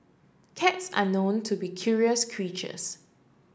cats are known to be curious creatures